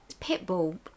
Pitbull